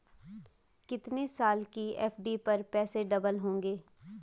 कितने साल की एफ.डी पर पैसे डबल होंगे?